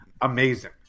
amazing